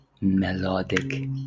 melodic